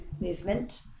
movement